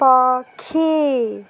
ପକ୍ଷୀ